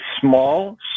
small